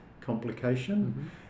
complication